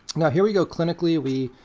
now here we go clinically. we